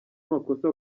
amakosa